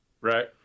Right